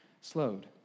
slowed